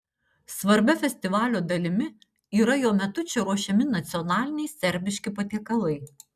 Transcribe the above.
svarbia festivalio dalimi yra jo metu čia ruošiami nacionaliniai serbiški patiekalai